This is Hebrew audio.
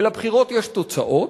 ולבחירות יש תוצאות,